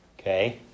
okay